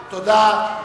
תודה.